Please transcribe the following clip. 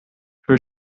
her